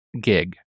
gig